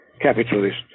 capitalist